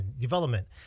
development